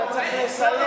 אתה צריך לסיים,